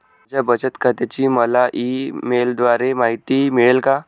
माझ्या बचत खात्याची मला ई मेलद्वारे माहिती मिळेल का?